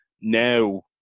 now